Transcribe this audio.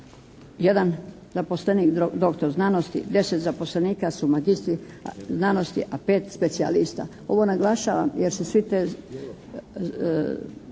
jedan zaposlenik doktor znanosti, 10 zaposlenika su magistri znanosti, a 5 specijalista. Ovo naglašavam jer su svi te